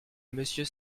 monsieur